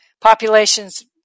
population's